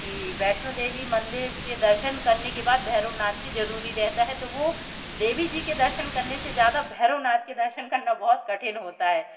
की वैष्णो देवी मंदिर के दर्शन करने के बाद भैरव नाथ के जरुरी रहता है तो वो देवी जी के दर्शन से ज़्यादा भैरव नाथ के दर्शन करना बहुत कठिन होता है